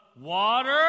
water